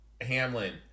Hamlin